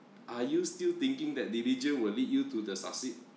are you still thinking that diligent will lead you to the succeed